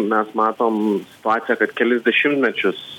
mes matom faktą kad kelis dešimtmečius